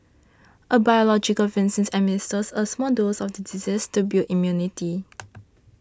a biological vaccine administers a small dose of the disease to build immunity